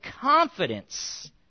confidence